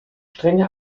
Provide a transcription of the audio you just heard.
strenge